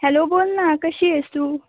hello बोल ना कशी आहेस तू